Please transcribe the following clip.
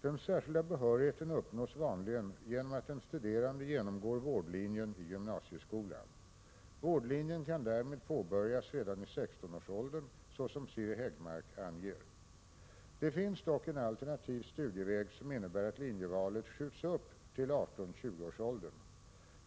Den särskilda behörigheten uppnås vanligen genom att den studerande genomgår vårdlinjen i gymnasieskolan. Vårdutbildningen kan därmed påbörjas redan i 16-årsåldern såsom Siri Häggmark anger. Det finns dock en alternativ studieväg, som innebär att linjevalet skjuts upp till 18-20-årsåldern.